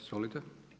Izvolite.